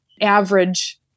average